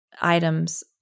items